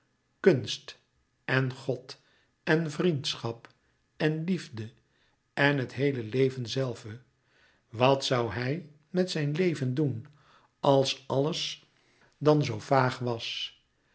kunst en god en vriendschap en liefde en het heele leven zelve wat zoû hij met zijn leven doen als alles dan zoo vaag was